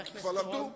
כבר למדו.